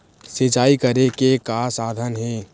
सिंचाई करे के का साधन हे?